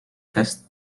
test